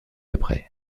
après